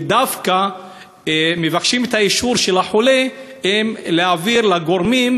ודווקא מבקשים את האישור של החולה אם להעביר לגורמים,